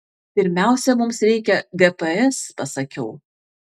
pirmiausia mums reikia gps pasakiau